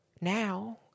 now